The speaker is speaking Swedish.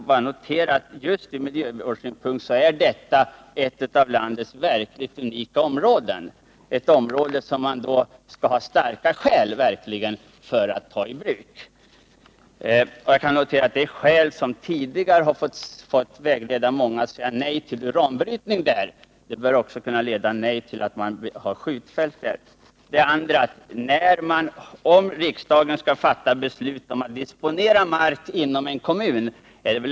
Jag noterar att just ur miljövårdssynpunkt är Bjärsjö ett av landets verkligt unika områden och ett område som man verkligen skall ha starka skäl för att göra ingrepp i. Jag noterar vidare att de skäl som tidigare har fått vägleda många att säga nej till uranbrytning i området bör också kunna leda till att man säger nej till ett skjutfält där.